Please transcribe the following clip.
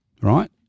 Right